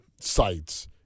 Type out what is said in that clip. sites